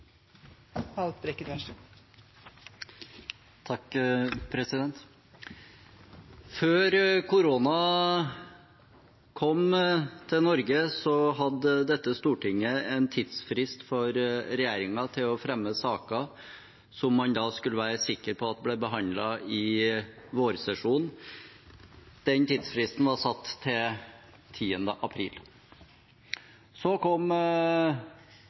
Før koronaen kom til Norge, hadde dette stortinget en tidsfrist for regjeringen til å fremme saker som man skulle være sikker på ble behandlet i vårsesjonen. Den tidsfristen var satt til 10. april. Så kom